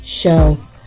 show